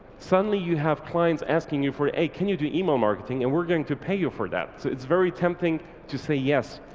suddenly you have clients asking you for, can you do email marketing and we're going to pay you for that. it's very tempting to say yes.